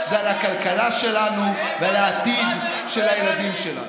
זה על הכלכלה שלנו ועל העתיד של הילדים שלנו.